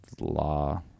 law